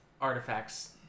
artifacts